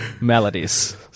melodies